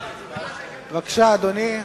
בבקשה, אדוני.